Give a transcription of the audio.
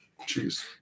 Jeez